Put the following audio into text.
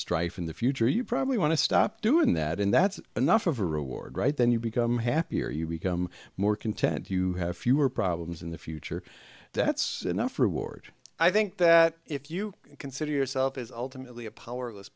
strife in the future you probably want to stop doing that and that's enough of a reward right then you become happier you become more content you have fewer problems in the future that's enough reward i think that if you consider yourself as ultimately a powerless